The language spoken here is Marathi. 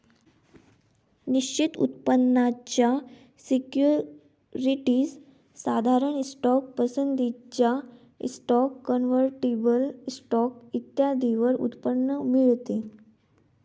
निश्चित उत्पन्नाच्या सिक्युरिटीज, साधारण स्टॉक, पसंतीचा स्टॉक, कन्व्हर्टिबल स्टॉक इत्यादींवर उत्पन्न मिळते